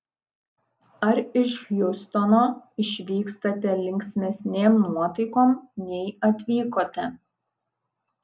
ar iš hjustono išvykstate linksmesnėm nuotaikom nei atvykote